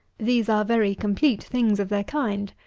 these are very complete things of their kind.